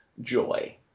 joy